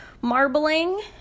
Marbling